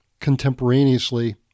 contemporaneously